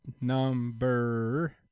number